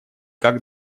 как